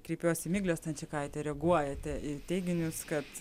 kreipiuosi į miglę stančikaitę reaguojate į teiginius kad